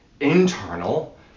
internal